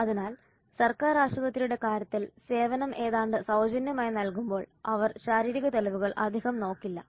അതിനാൽ സർക്കാർ ആശുപത്രിയുടെ കാര്യത്തിൽ സേവനം ഏതാണ്ട് സൌജന്യമായി നൽകുമ്പോൾ അവർ ശാരീരിക തെളിവുകൾ അധികം നോക്കില്ല